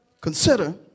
Consider